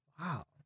wow